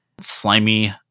slimy